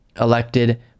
elected